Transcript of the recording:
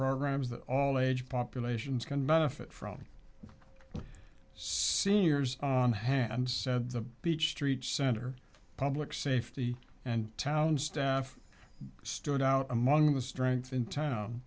programs that all age populations can benefit from seniors on hand said the beach street center public safety and town staff stood out among the strengths in town